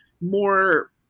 more